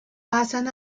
pasan